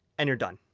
and you're done.